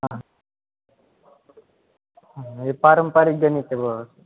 हां हे पारंपरिक गणित आहे बुवा असं